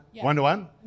One-to-one